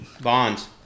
Bonds